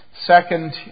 Second